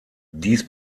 dies